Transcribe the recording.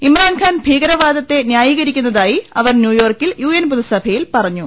ഇമ്രാൻഖാൻ ഭീകരവാദത്തെ ന്യായീകരിക്കുന്നതായി അവർ ന്യൂയോർക്കിൽ യുഎൻ പൊതു സഭയിൽ പറഞ്ഞു